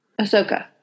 Ahsoka